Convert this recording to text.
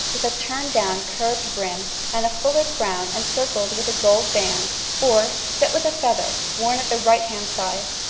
with a turned-down, curved brim and a fuller crown encircled with a gold band or set with a feather worn at the right-hand side.